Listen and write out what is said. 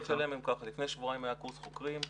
לפני שבועיים היה קורס חוקרים,